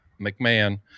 McMahon